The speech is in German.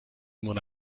mona